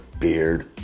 beard